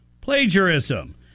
plagiarism